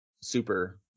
super